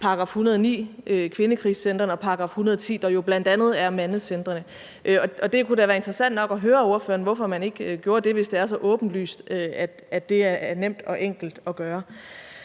om kvindekrisecentrene, § 110, der jo bl.a. handler om mandecentrene. Det kunne da være interessant nok at høre ordføreren, hvorfor man ikke gjorde det, hvis det er så åbenlyst, at det er nemt og enkelt at gøre.